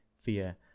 fear